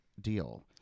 deal